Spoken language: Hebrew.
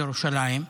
ירושלים,